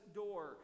door